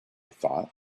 thought